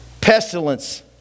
Pestilence